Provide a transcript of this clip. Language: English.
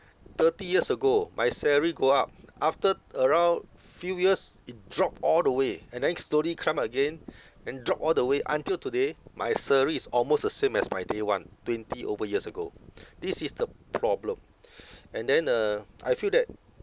thirty years ago my salary go up after around few years it dropped all the way and then slowly climb again and dropped all the way until today my salary is almost the same as my day one twenty over years ago this is the problem and then uh I feel that